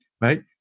right